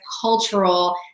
cultural